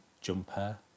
jumper